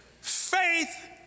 faith